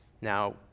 Now